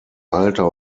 alter